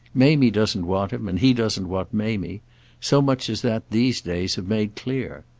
mamie doesn't want him, and he doesn't want mamie so much as that these days have made clear.